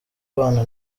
abana